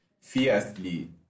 fiercely